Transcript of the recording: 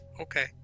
Okay